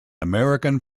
american